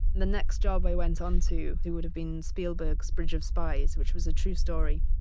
the next job i went onto, it would've been spielberg's bridge of spies, which was a true story.